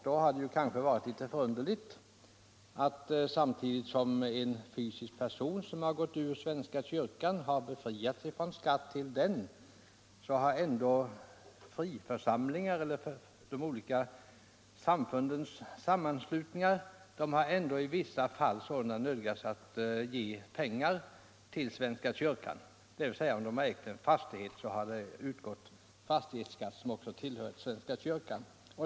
Då har det kanske varit litet underligt att samtidigt som en fysisk person som gått ur svenska kyrkan befriats från skatt till den har de olika religiösa samfundens sammanslutningar i vissa fall nödgats ge pengar till svenska kyrkan. Om de ägt en fastighet har det nämligen utgått fastighetsskatt som ju också tillfaller svenska kyrkan.